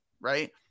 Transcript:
right